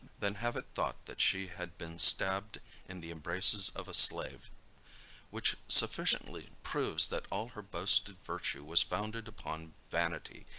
than have it thought that she had been stabbed in the embraces of a slave which sufficiently proves that all her boasted virtue was founded upon vanity,